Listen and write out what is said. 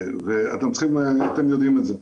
ואתם יודעים את זה,